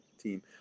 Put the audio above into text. team